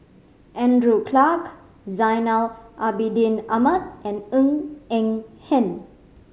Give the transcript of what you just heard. Andrew Clarke Zainal Abidin Ahmad and Ng Eng Hen